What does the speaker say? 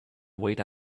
wait